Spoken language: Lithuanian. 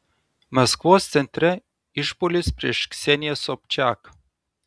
maskvos centre išpuolis prieš kseniją sobčiak